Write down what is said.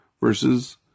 versus